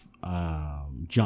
John